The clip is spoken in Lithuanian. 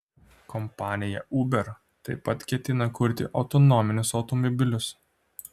kompanija uber taip pat ketina kurti autonominius automobilius